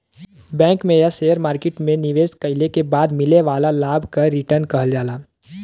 bank में या share market में निवेश कइले के बाद मिले वाला लाभ क रीटर्न कहल जाला